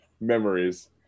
memories